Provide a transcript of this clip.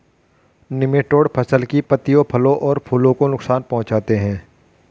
nematode फसल की पत्तियों फलों और फूलों को नुकसान पहुंचाते हैं